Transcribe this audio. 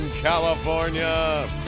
California